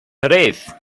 tres